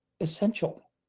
essential